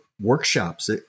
workshops